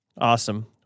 awesome